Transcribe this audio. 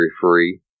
free